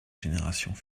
générations